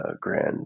grand